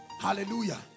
Hallelujah